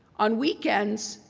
on weekends,